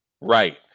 Right